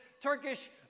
Turkish